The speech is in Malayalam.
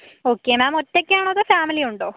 ഓക്കെ മാമ് ഒറ്റയ്ക്കാണോ അതോ ഫാമിലി ഉണ്ടോ